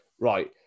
Right